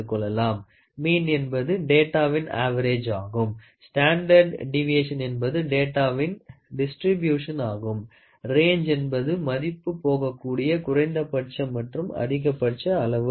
மீன் என்பது டேட்டாவின் ஆவரேஜ் ஆகும் ஸ்டாண்டர்ட் டீவியேஷன் என்பது டேட்டாவின் டிஸ்ட்ரிபியூஷன் ஆகும் ரேஞ்சு என்பது மதிப்பு போகக் கூடிய குறைந்தபட்ச மற்றும் அதிகபட்ச அளவு ஆகும்